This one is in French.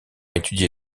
étudié